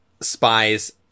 spies